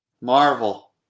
marvel